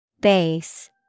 Base